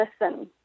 listen